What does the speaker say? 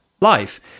life